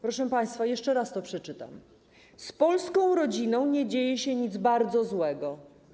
Proszę państwa, jeszcze raz to przeczytam: Z polską rodziną nie dzieje się nic bardzo złego.